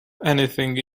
anything